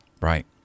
Right